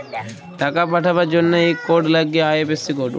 টাকা পাঠাবার জনহে ইক কোড লাগ্যে আই.এফ.সি কোড